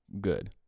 good